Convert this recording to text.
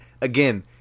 again